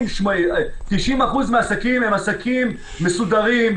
90% מהעסקים הם עסקים מסודרים,